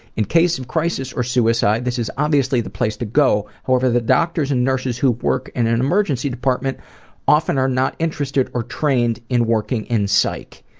in case of crisis or suicide, this is obviously the place to go. however, the doctors and nurses who work in an emergency department often are not interested or trained in working in psych.